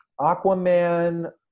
Aquaman